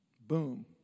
Boom